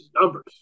numbers